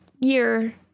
year